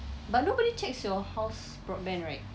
but nobody checks your house broadband right